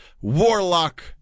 warlock